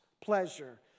pleasure